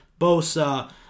Bosa